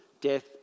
death